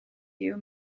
you